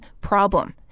problem